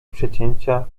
przecięcia